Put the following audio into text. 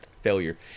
failure